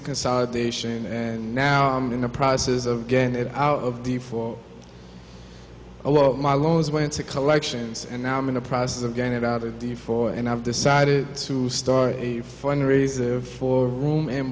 consolidation and now i'm in the process of getting it out of the for a lot of my loans went to collections and now i'm in the process of getting it out of the four and i've decided to start a fund raiser for room and